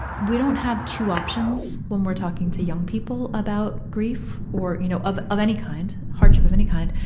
we don't have two options when we're talking to young people about grief or, you know of of any kind, hardship of any kind.